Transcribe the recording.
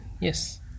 yes